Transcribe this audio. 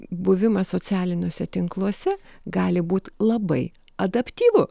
buvimą socialiniuose tinkluose gali būt labai adaptyvu